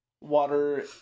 Water